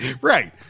Right